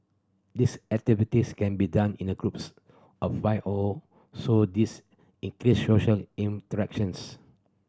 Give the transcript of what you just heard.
these activities can be done in a groups of five or so this increase social interactions